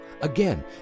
Again